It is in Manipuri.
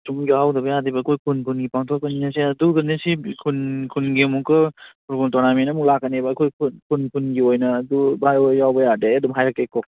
ꯁꯨꯝ ꯌꯥꯎꯗꯕ ꯌꯥꯗꯦꯕ ꯑꯩꯈꯣꯏ ꯈꯨꯟ ꯈꯨꯟꯒꯤ ꯄꯥꯡꯊꯣꯛꯄꯅꯤꯅ ꯁꯦ ꯑꯗꯨꯒꯅꯦ ꯁꯤ ꯈꯨꯟ ꯈꯨꯟꯒꯤ ꯑꯃꯨꯛꯀ ꯐꯨꯠꯕꯣꯟ ꯇꯣꯔꯅꯥꯃꯦꯟ ꯑꯃ ꯂꯥꯛꯀꯅꯦꯕ ꯑꯩꯈꯣꯏ ꯈꯨꯟ ꯈꯨꯟ ꯈꯨꯟꯒꯤ ꯑꯣꯏꯅ ꯑꯗꯨ ꯚꯥꯏ ꯍꯣꯏ ꯌꯥꯎꯕ ꯌꯥꯔꯗꯤ ꯑꯩ ꯑꯗꯨꯝ ꯍꯥꯏꯔꯛꯀꯦꯀꯣ